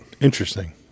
Interesting